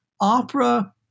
opera